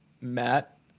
Matt